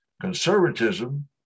Conservatism